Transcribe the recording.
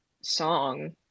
song